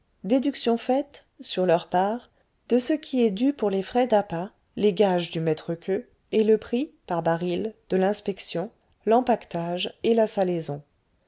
déduction faite sur leur part de ce qui est dû pour les frais d'appât les gages du maître queux et le prix par baril de l'inspection l'empaquetage et la salaison